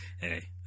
Hey